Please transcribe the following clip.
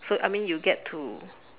so I mean you get to